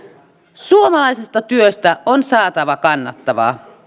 suomalaisesta työstä on saatava kannattavaa